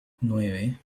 nueve